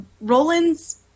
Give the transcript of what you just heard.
Roland's